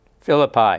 Philippi